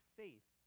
faith